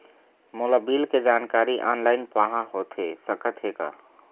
मोला बिल के जानकारी ऑनलाइन पाहां होथे सकत हे का?